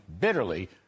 bitterly